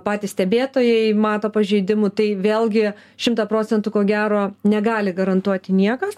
patys stebėtojai mato pažeidimų tai vėlgi šimtą procentų ko gero negali garantuoti niekas